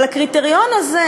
אבל הקריטריון הזה,